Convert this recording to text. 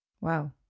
Wow